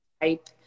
type